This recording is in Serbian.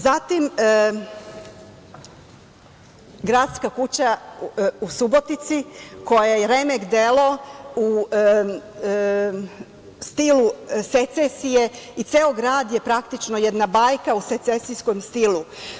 Zatim, Gradska kuća u Subotici koja je remek delo u stilu secesije i ceo grad je praktično jedna bajka u secesijskom stilu.